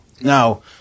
now